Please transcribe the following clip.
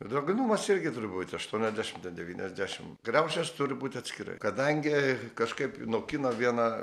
drėgnumas irgi turi būti aštuoniasdešimt ten devyniasdešimt kriaušės turi būti atskirai kadangi kažkaip nokina vieną